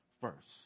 first